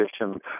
position